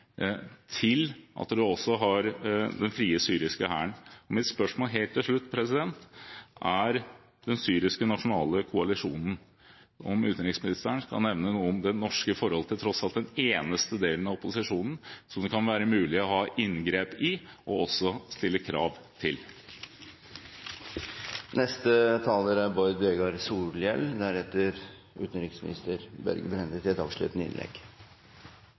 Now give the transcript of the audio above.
til Den frie syriske hær. Mitt spørsmål helt til slutt går på Den syriske nasjonale koalisjonen. Kan utenriksministeren si noe om det norske forholdet til tross alt den eneste delen av opposisjonen som det kan være mulig å ha inngrep i, og også stille krav til?